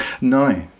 No